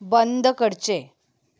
बंद करचें